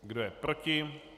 Kdo je proti?